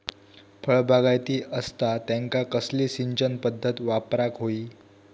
फळबागायती असता त्यांका कसली सिंचन पदधत वापराक होई?